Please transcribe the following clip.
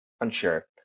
Unsure